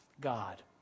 God